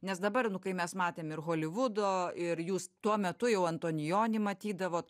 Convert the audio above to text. nes dabar nu kai mes matėm ir holivudo ir jūs tuo metu jau antonionį matydavot